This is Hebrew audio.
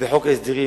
בחוק ההסדרים